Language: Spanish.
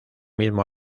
mismo